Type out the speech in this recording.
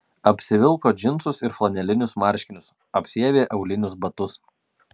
apsivilko džinsus ir flanelinius marškinius apsiavė aulinius batus